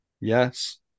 Yes